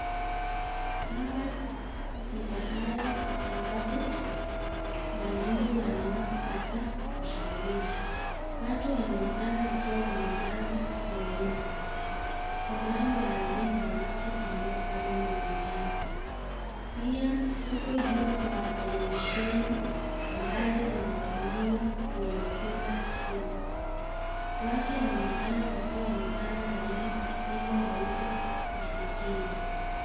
Hapa ni pahali ambapo wananchi wanaenda kupata usaidizi. Watu wanaonekana wakiwa wamepanga laini. Kunao wazee na watu ambao bado ni vijana. Pia huko juu kuna televisheni ambazo zinatumiwa kwenye jumba hili. Watu wanaonekana wakiwa wamepanga laini ili waweze kufikiwa.